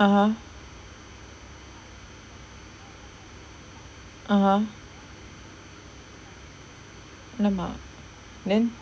(uh huh) (uh huh) !alamak! then